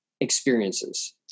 experiences